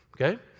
Okay